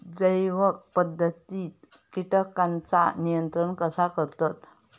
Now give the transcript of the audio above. जैव पध्दतीत किटकांचा नियंत्रण कसा करतत?